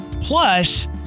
Plus